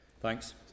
thanks